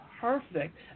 perfect